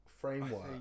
framework